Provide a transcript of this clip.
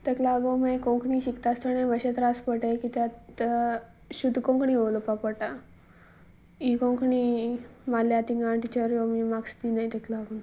तेका लागोन मागी कोंकणी शिकता आसतण मातशें त्रास पडट कित्या शुधद कोंकणी उलोवपा पडटा ही कोंकणी माल्या तिंगा टिचर यो बी मा्क्स दिनाय तेक लागन